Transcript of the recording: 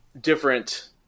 different